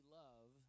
love